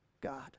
God